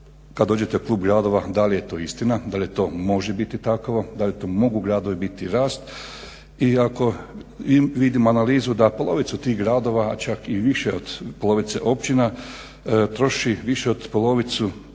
kad dođete u krug gradova da li je to istina, da li to može biti tako, da li to može u gradovima biti rast i ako vidimo analizu da polovicu tih gradova, a čak i više od polovice općina troši više od polovice